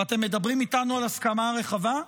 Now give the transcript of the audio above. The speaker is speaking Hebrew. ואתם מדברים איתנו על הסכמה רחבה?